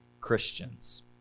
Christians